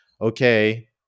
Okay